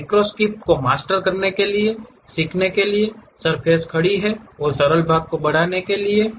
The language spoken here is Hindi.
मैक्रो स्क्रिप्ट को मास्टर करने के लिए सीखने की सर्फ़ेस खड़ी है और सरल भागों से आगे बढ़ रही है